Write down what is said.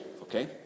okay